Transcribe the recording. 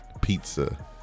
pizza